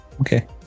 Okay